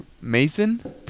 Mason